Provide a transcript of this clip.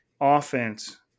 offense